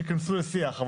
שייכנסו לשיח.